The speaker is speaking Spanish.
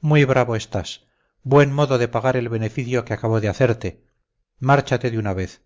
muy bravo estás buen modo de pagar el beneficio que acabo de hacerte márchate de una vez